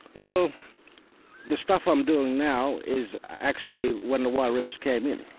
well the stuff i'm doing now is actually when the wild rivers came in.